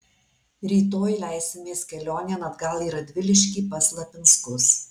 rytoj leisimės kelionėn atgal į radviliškį pas lapinskus